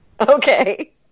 Okay